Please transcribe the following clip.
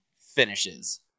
finishes